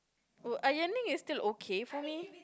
oh ironing is till okay for me